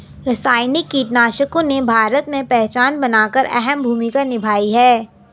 रासायनिक कीटनाशकों ने भारत में पहचान बनाकर अहम भूमिका निभाई है